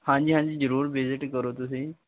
ਹਾਂਜੀ ਹਾਂਜੀ ਜ਼ਰੂਰ ਵਿਜਿਟ ਕਰੋ ਤੁਸੀਂ